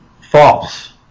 false